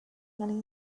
many